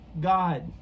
God